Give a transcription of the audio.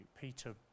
peter